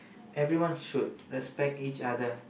everyone should respect each other